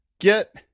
get